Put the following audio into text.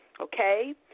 okay